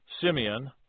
Simeon